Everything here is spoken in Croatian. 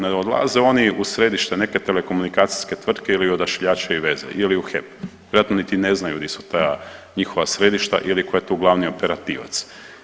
Ne odlaze oni u središte neke telekomunikacijske tvrtke ili odašiljače i veze ili u HEP, vjerojatno niti ne znaju gdje su ta njihova središta ili tko je tu glavni operativac.